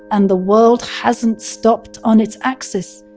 and the world hasn't stopped on its axis?